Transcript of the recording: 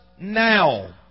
now